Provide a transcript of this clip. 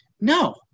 no